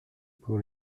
pour